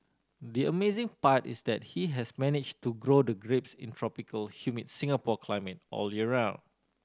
the amazing part is that he has managed to grow the grapes in tropical humid Singapore climate all year round